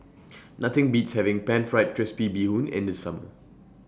Nothing Beats having Pan Fried Crispy Bee Hoon in The Summer